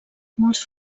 molts